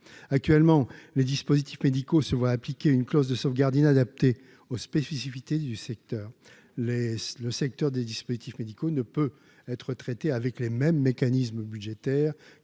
actuellement les dispositifs médicaux se voient appliquer une clause de sauvegarde inadaptée aux spécificités du secteur les le secteur des dispositifs médicaux ne peut être traitée avec les mêmes mécanismes budgétaires